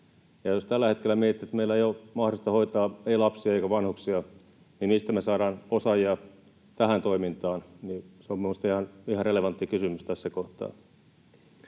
jos tällä hetkellä miettii, että meillä ei ole mahdollista hoitaa ei lapsia eikä vanhuksia, niin mistä me saadaan osaajia tähän toimintaan? Se on minusta ihan relevantti kysymys tässä kohtaa.